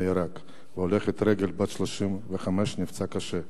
נהרג והולכת רגל בת 35 נפצעה קשה.